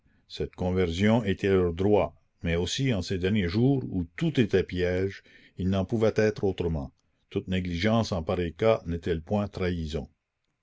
cette conversion était leur droit mais aussi en ces derniers jours où tout était piège il n'en pouvait être autrement toute négligence en pareil cas n'est-elle point trahison